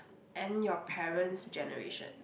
and your parent's generation